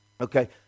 Okay